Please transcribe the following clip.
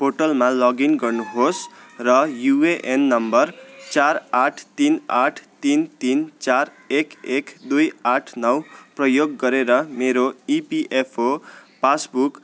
पोर्टलमा लगइन गर्नुहोस् र युएएन नम्बर चार आठ तिन आठ तिन तिन चार एक एक दुई आठ नौ प्रयोग गरेर मेरो इपिएफओ पासबुक